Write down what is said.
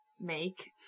make